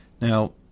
Now